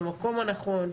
במקום הנכון,